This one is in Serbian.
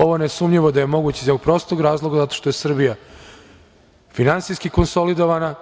Ovo je nesumnjivo da je moguće iz prostog razloga zato što je Srbija finansijski konsolidovana,